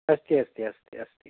अस्ति अस्ति अस्ति अस्ति